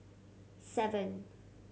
seven